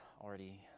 already